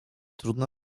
trudno